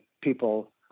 people